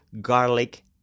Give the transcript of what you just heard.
garlic